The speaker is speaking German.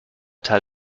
teil